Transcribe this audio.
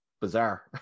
bizarre